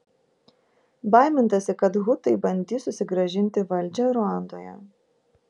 baimintasi kad hutai bandys susigrąžinti valdžią ruandoje